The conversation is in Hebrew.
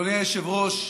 אדוני היושב-ראש,